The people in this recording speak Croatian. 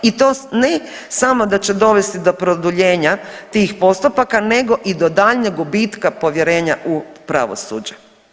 I to ne samo da će dovesti do produljenja tih postupaka nego i do daljnjeg gubitka povjerenja u pravosuđe.